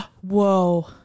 Whoa